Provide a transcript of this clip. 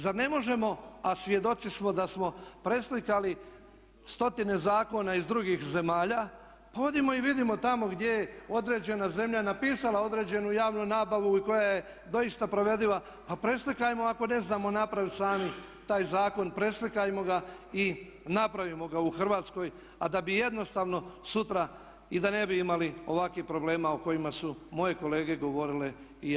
Zar ne možemo, a svjedoci smo da smo preslikali stotine zakona iz drugih zemalja, pa odimo i vidimo tamo gdje je određena zemlja napisala određenu javnu nabavu i koja je doista provediva pa preslikajmo ako ne znamo napraviti sami taj zakon, preslikajmo ga i napravimo ga u Hrvatskoj a da bi jednostavno sutra i da ne bi imali ovakvih problema o kojima su moje kolege govorile i ja sam.